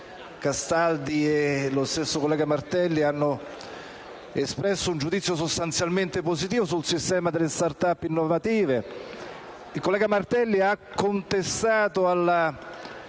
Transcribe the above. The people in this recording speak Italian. Castaldi e Martelli hanno espresso un giudizio sostanzialmente positivo sul sistema delle *start up* innovative. Il collega Martelli ha contestato alla